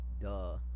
Duh